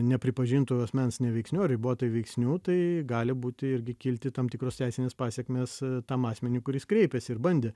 nepripažintų asmens neveiksniu ar ribotai veiksniu tai gali būti irgi kilti tam tikros teisinės pasekmės tam asmeniui kuris kreipėsi ir bandė